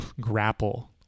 grapple